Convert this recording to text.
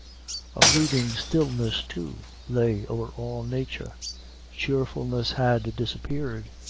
a brooding stillness, too, lay over all nature cheerfulness had disappeared,